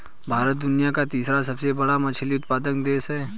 भारत दुनिया का तीसरा सबसे बड़ा मछली उत्पादक देश है